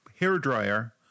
hairdryer